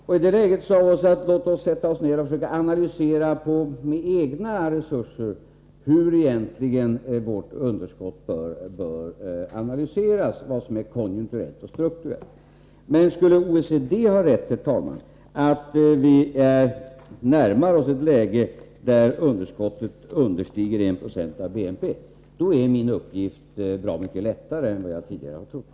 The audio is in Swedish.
I det läget sade vi: Låt oss sätta oss ned och försöka att med egna resurser undersöka hur vårt underskott egentligen bör analyseras, vad som är konjunkturellt och vad som är strukturellt. Men skulle OECD ha rätt, herr talman, dvs. att vi närmar oss ett läge där underskottet underskrider 190 av BNP, är min uppgift bra mycket lättare än vad jag tidigare har trott.